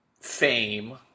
fame